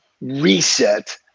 reset